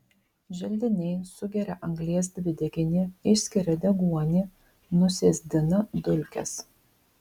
želdiniai sugeria anglies dvideginį išskiria deguonį nusėsdina dulkes